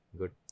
good